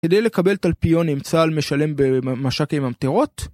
כדי לקבל תלפיון אם צהל משלם במש"ק עם ממטרות